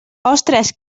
ostres